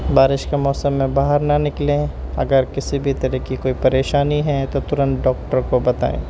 بارش کے موسم میں باہر نہ نکلیں اگر کسی بھی طرح کی کوئی پریشانی ہے تو تورنت ڈاکٹر کو بتائیں